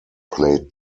played